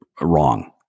wrong